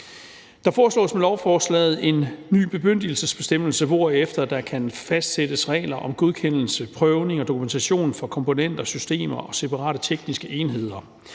Der foreslås med lovforslaget en ny bemyndigelsesbestemmelse, hvorefter der kan fastsættes regler om godkendelse, prøvning og dokumentation af komponenter, systemer og separate tekniske enheder.